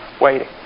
Waiting